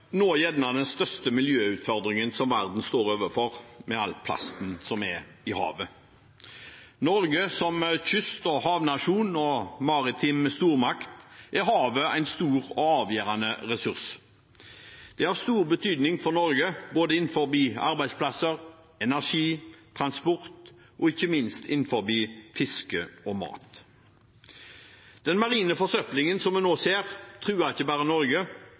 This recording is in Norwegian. nå kanskje den største miljøutfordringen som verden står overfor, med all plasten som er i havet. For Norge som en kyst- og havnasjon og maritim stormakt er havet en stor og avgjørende ressurs. Det har stor betydning for Norge når det gjelder både arbeidsplasser, energi, transport og ikke minst fiske og mat. Den marine forsøplingen vi nå ser, truer ikke bare Norge,